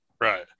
Right